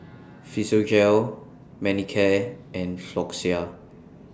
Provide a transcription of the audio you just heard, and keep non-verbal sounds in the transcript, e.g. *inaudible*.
*noise* Physiogel Manicare and Floxia